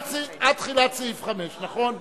עד עמוד 34, עד תחילת סעיף 5, נכון?